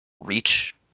reach